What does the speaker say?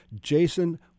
Jason